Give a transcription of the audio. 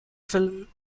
film